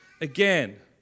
again